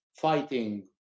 fighting